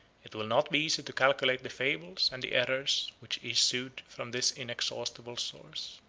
it will not be easy to calculate the fables, and the errors, which issued from this inexhaustible source.